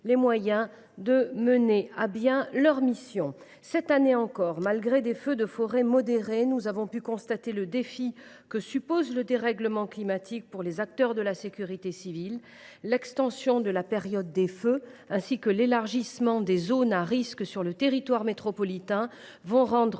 les moyens de mener à bien leurs missions. Cette année encore, malgré des feux de forêt modérés, nous avons pu constater le défi que représente le dérèglement climatique pour les acteurs de la sécurité civile. L’extension de la période des feux, ainsi que l’élargissement des zones à risque sur le territoire métropolitain, va rendre